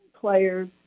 players